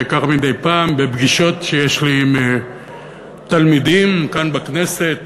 מדי פעם בפגישות שיש לי עם תלמידים כאן בכנסת,